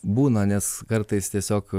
būna nes kartais tiesiog